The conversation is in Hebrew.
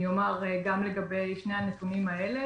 גם לגבי שני הנתונים האלה,